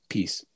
Peace